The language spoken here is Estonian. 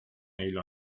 neil